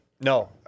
No